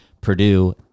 Purdue